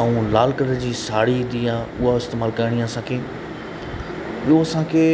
ऐं लाल कलर जी साड़ी ईंदी आहे उहा इस्तेमाल करिणी आहे असांखे ॿियो असांखे